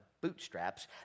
bootstraps